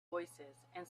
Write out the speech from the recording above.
voicesand